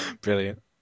Brilliant